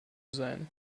sein